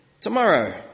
tomorrow